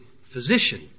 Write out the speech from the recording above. physician